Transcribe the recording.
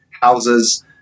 houses